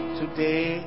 today